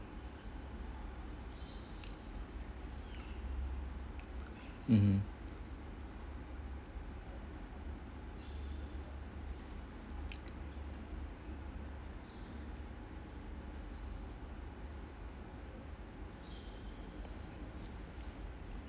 mmhmm